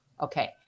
Okay